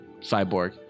cyborg